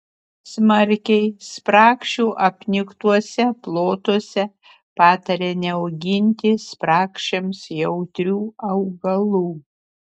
smarkiai spragšių apniktuose plotuose patarė neauginti spragšiams jautrių augalų